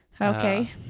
okay